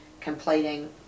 completing